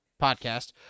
podcast